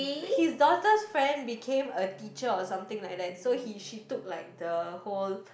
his daughter's friend became a teacher or something like that so he she took like the whole